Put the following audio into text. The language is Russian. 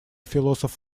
философ